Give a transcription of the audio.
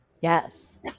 Yes